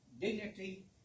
dignity